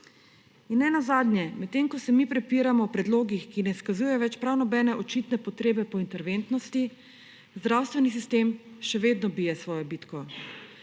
In nenazadnje; medtem ko sem mi prepiramo o predlogih, ki ne izkazujejo več prav nobene očitne potrebe po interventnosti, zdravstveni sistem še vedno bije svojo bitko.